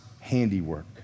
handiwork